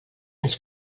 ens